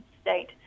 state